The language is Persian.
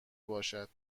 باشد